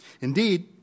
Indeed